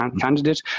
candidate